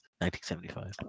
1975